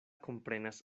komprenas